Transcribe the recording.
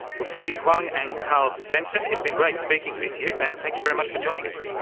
well cindy huang and carl svensson, it's been great speaking with you and thank you very much for joining us.